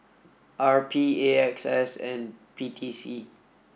R P A X S and P T C